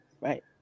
Right